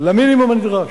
למינימום הנדרש.